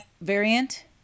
variant